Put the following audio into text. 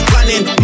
Running